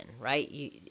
right